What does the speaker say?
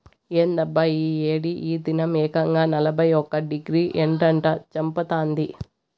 ఏందబ్బా ఈ ఏడి ఈ దినం ఏకంగా నలభై ఒక్క డిగ్రీ ఎండట చంపతాంది